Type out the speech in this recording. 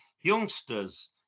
youngsters